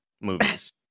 movies